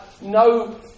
no